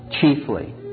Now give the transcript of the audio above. chiefly